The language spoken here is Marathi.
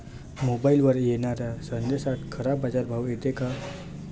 मोबाईलवर येनाऱ्या संदेशात खरा बाजारभाव येते का?